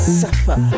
suffer